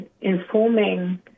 informing